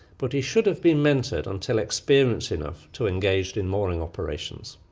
but he should have been mentored until experienced enough to engage in mooring operations.